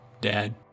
Dad